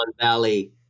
Valley